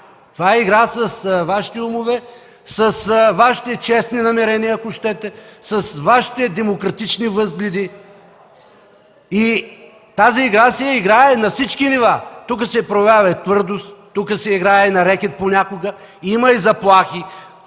Това е игра с Вашите умове, с Вашите честни намерения, ако щете, с Вашите демократични възгледи. Тази игра се играе на всички нива. Тук се проявява и твърдост, тук се играе и на рекет, понякога има и заплахи